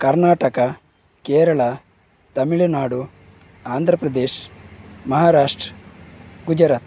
Karnataka Kerala Tamil Nadu Andhra Pradesh Maharashtra Gujarat